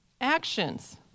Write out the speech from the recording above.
Actions